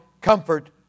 comfort